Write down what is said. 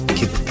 Keep